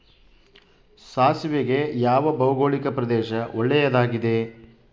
ಸಾಸಿವೆಗೆ ಯಾವ ಭೌಗೋಳಿಕ ಪ್ರದೇಶ ಒಳ್ಳೆಯದಾಗಿದೆ?